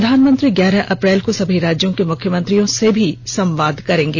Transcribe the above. प्रधानमंत्री ग्यारह अप्रैल को सभी राज्यों के मुख्यमंत्रियों से भी संवाद करेंगे